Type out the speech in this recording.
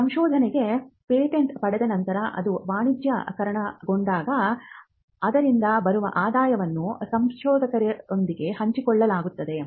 ಸಂಶೋಧನೆಗೆ ಪೇಟೆಂಟ್ ಪಡೆದ ನಂತರ ಅದು ವಾಣಿಜ್ಯೀಕರಣಗೊಂಡಾಗ ಅದರಿಂದ ಬರುವ ಆದಾಯವನ್ನು ಸಂಶೋಧಕರೊಂದಿಗೆ ಹಂಚಿಕೊಳ್ಳಲಾಗುತ್ತದೆ